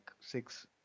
six